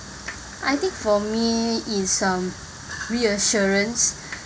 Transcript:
I think for me is um reassurance